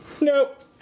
Nope